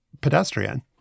pedestrian